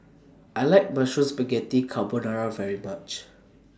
I like Mushroom Spaghetti Carbonara very much